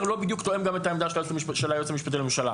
שהוא לא בדיוק תואם גם את העמדה של הייעוץ המשפטי לממשלה.